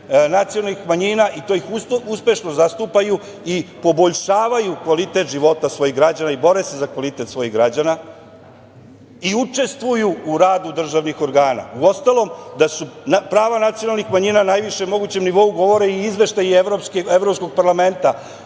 nacionalnih manjina i to ih uspešno zastupaju i poboljšavaju kvalitet života svojih građana i bore se za kvalitet svojih građana i učestvuju u radu državnih organa. Uostalom, da su prava nacionalnih manjina na najvišem mogućem nivou govore i izveštaji Evropskog parlamenta,